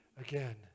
again